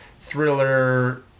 thriller